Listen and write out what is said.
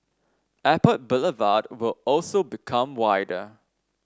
Airport Boulevard will also become wider